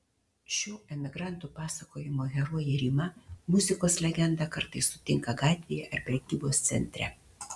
šio emigrantų pasakojimo herojė rima muzikos legendą kartais sutinka gatvėje ar prekybos centre